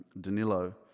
Danilo